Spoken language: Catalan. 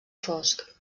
fosc